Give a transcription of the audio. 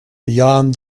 beyond